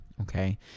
okay